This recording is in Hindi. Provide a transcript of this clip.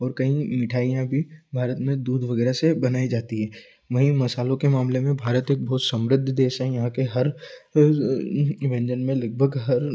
और कई मिठाइयाँ भी भारत में दूध वगैरह से बनाई जाती है वहीं मसालों के मामले में भारत एक बहुत समृद्ध देश है यहाँ के हर व्यंजन में लगभग हर